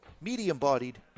medium-bodied